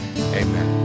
amen